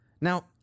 Now